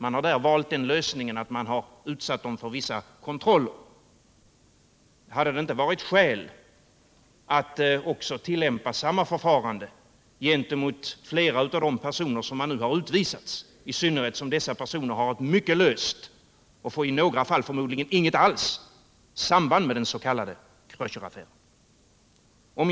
Man har i sådana fall valt lösningen att utsätta dem för vissa kontroller. Hade det inte varit skäl i att tillämpa samma förfarande gentemot flera av de personer som man nu har utvisat, i synnerhet som dessa personer har ett mycket löst — och i några fall förmodligen inget alls! — samband med den s.k. Kröscheraffären? 9.